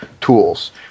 tools